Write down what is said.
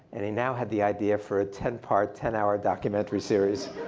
and he now had the idea for a ten part, ten hour documentary series.